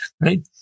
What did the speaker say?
Right